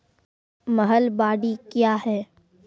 महलबाडी क्या हैं?